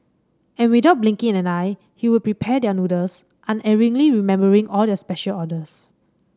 and without blinking an eye he would prepare their noodles unerringly remembering all their special orders